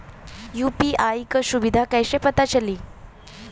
UPI क सुविधा कैसे पता चली?